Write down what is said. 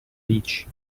beach